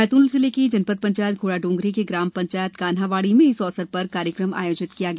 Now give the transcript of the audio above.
बैतूल जिले की जनपद पंचायत घोड़ाडोंगरी के ग्राम पंचायत कान्हावाड़ी में इस अवसर पर कार्यक्रम आयोजित किया गया